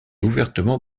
ouvertement